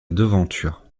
devanture